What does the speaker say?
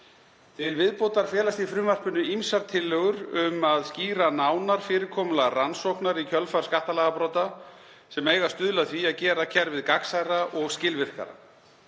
Til viðbótar felast í frumvarpinu ýmsar tillögur um að skýra nánar fyrirkomulag rannsóknar í kjölfar skattalagabrota sem eiga að stuðla að því að gera kerfið gagnsærra og skilvirkara.